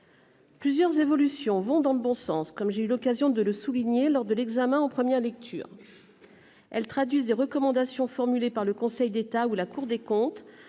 Plusieurs évolutions vont dans le bon sens, comme j'ai eu l'occasion de le souligner lors de l'examen en première lecture. Elles traduisent des recommandations formulées par le Conseil d'État ou la Cour des comptes,